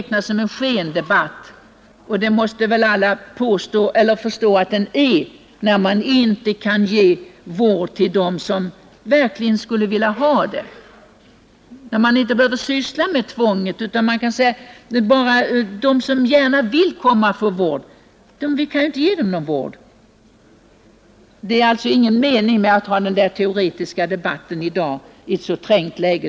Denna diskussion har jag tidigare betecknat som en skendebatt, eftersom vi inte kan ge vård ens till dem som verkligen vill ha sådan. Vi behöver inte syssla med tvång, utan bara ordna så att de som vill får vård. När vi inte kan ge någon vård, vad är det då för mening att föra en rent teoretisk debatt i dagens trängda läge?